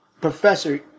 Professor